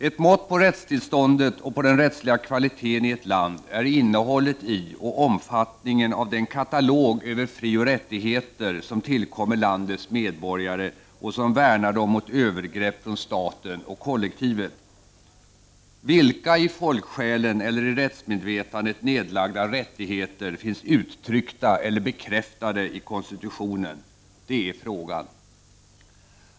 Ett mått på rättstillståndet och på den rättsliga kvaliteten i ett land är innehållet i och omfattningen av den katalog över frioch rättigheter som tillkommer landets medborgare och som värnar dem mot övergrepp från staten och kollektivet. Vilka i folksjälen eller i rättsmedvetandet nedlagda rättigheter finns uttryckta eller bekräftade i konstitutionen? — det är frågan.